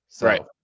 Right